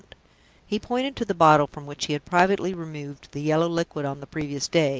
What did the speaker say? he pointed to the bottle from which he had privately removed the yellow liquid on the previous day,